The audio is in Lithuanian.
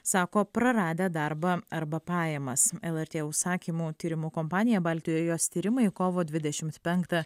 sako praradę darbą arba pajamas lrt užsakymu tyrimų kompanija baltijos tyrimai kovo dvidešimt penktą